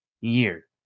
year